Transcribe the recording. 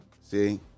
see